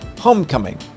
homecoming